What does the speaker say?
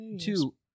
two